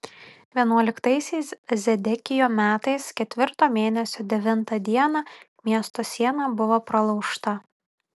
vienuoliktaisiais zedekijo metais ketvirto mėnesio devintą dieną miesto siena buvo pralaužta